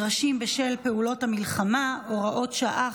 הנדרשים בשל פעולות האיבה או פעולות המלחמה (הוראת שעה,